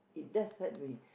it does hurt me